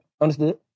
Understood